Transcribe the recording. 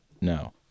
no